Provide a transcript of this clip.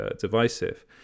divisive